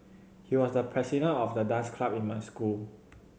he was the president of the dance club in my school